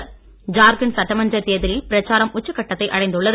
ஜார்கண்ட் ஜார்கண்ட் சட்டமன்ற தேர்தலில் பிரச்சாரம் உச்சகட்டத்தை அடைந்துள்ளது